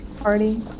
party